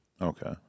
Okay